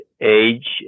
age